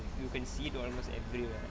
you can see it almost everywhere